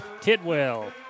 Tidwell